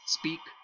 speak